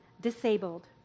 disabled